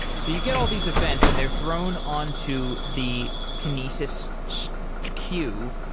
so you get all these events and they're thrown on to the kinesis so queue.